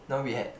no we had